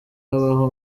habaho